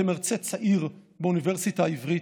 כמרצה צעיר באוניברסיטה העברית,